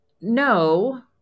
no